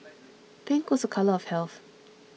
pink was a colour of health